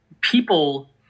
People